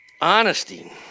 Honesty